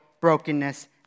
brokenness